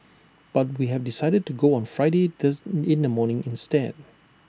but we have decided to go on Friday does in the morning instead